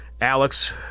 Alex